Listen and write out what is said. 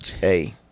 hey